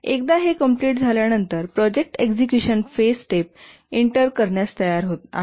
आणि एकदा हे कंप्लिट झाल्यानंतर project execution phase step enter करण्यास तयार आहे